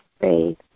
faith